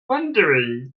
wondering